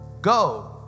Go